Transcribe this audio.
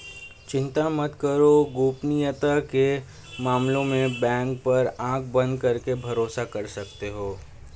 चिंता मत करो, गोपनीयता के मामले में बैंक पर आँख बंद करके भरोसा कर सकते हो